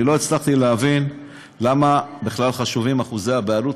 אני לא הצלחתי להבין למה בכלל חשובים אחוזי הבעלות.